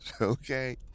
okay